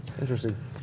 Interesting